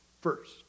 first